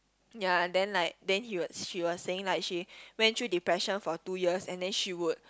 ya and then like then he was she was saying like she went through depression for two years and then she would